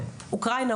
מאוקראינה,